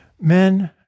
Men